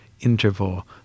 interval